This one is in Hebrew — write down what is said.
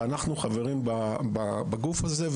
אנחנו חברים בגוף הזה.